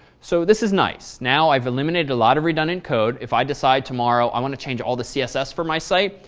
so this is nice. now i've eliminated a lot of redundant code. if i decide tomorrow i want to change all the css for my site,